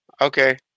okay